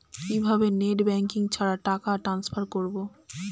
কিভাবে net banking ছাড়া টাকা টান্সফার করব?